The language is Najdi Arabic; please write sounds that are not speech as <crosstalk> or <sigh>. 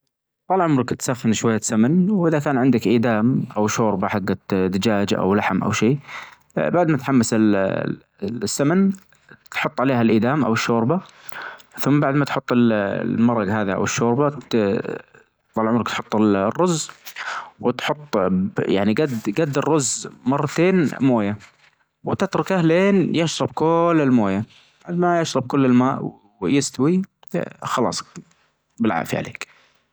طال عمرك تسخن شوية سمن واذا كان عندك ايدام او شوربة حقت دجاج او لحم او شيء بعد ما تحمس <hesitation> السمن تحط عليها الايدام او الشوربة ثم بعد ما تحط المرج هذا او الشوربة طال عمرك تحط الرز وتحط يعني جد جد الرز مرتين موية وتتركه لين يشرب كل الموية بعد ما يشرب كل الماء ويستوي خلاص بالعافية عليك.